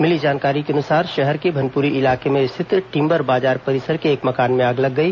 मिली जानकारी के अनुसार शहर के भनपुरी इलाके में स्थित टिम्बर बाजार परिसर के एक मकान में आग लग गई